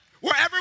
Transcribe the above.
Wherever